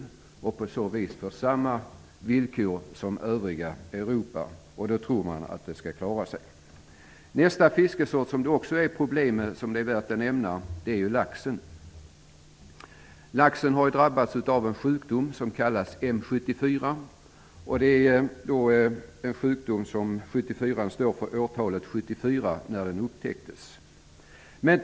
Därigenom skulle de svenska yrkesfiskarna få samma villkor som fiskarna i övriga Europa. Man tror att man då skulle klara sig. Det finns också problem med laxfisket. Laxen har drabbats av en sjukdom som kallas M74. ''74'' står för år 1974 då sjukdomen upptäcktes.